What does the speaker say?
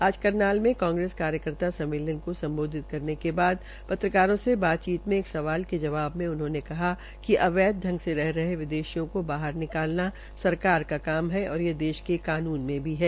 आज करनाल के कांग्रेस कार्यकर्ता सम्मेलन को सम्बोधित करने के बाद पत्रकारों से बातचीत एक सवाल के जवाब में उन्होंने कहा कि अवैध ढंग से रह रहे विदेशियों को बाहर निकालना सरकार का काम है और ये देश के कानून में भी है